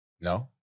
No